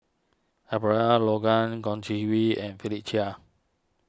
Abraham Logan Chong Kee Hiong and Philip Chia